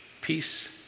Peace